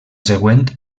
següent